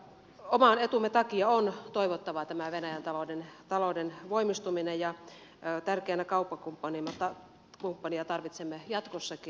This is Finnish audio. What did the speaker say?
oman etumme takia on toivottavaa venäjän talouden voimistuminen ja tärkeänä kauppakumppanina tarvitsemme sitä jatkossakin